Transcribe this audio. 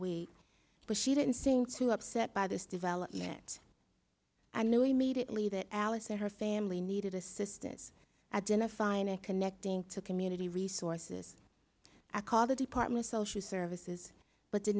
way but she didn't seem too upset by this development i knew immediately that alice and her family needed assistance identifying and connecting to community resources i call the department social services but did